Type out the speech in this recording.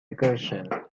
recursion